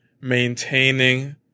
maintaining